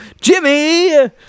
Jimmy